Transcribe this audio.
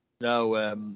No